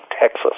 Texas